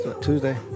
Tuesday